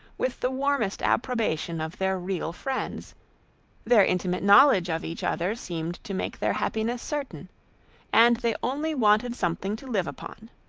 with the warmest approbation of their real friends their intimate knowledge of each other seemed to make their happiness certain and they only wanted something to live upon.